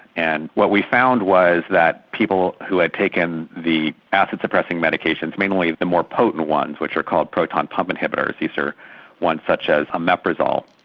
and what we found was that people who had taken the acid suppressing medications, mainly the more potent ones which are called proton pump inhibitors, these are ones such as omeprazole.